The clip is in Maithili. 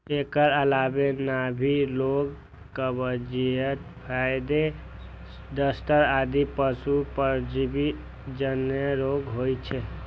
एकर अलावे नाभि रोग, कब्जियत, सफेद दस्त आदि पशुक परजीवी जन्य रोग होइ छै